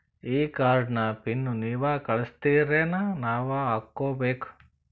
ಈ ಕಾರ್ಡ್ ನ ಪಿನ್ ನೀವ ಕಳಸ್ತಿರೇನ ನಾವಾ ಹಾಕ್ಕೊ ಬೇಕು?